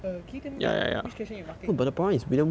err can you tell me which whi~ whi~ which question you marking